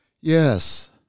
Yes